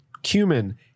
cumin